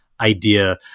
idea